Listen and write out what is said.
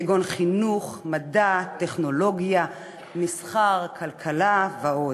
כגון חינוך, מדע, טכנולוגיה, מסחר, כלכלה ועוד.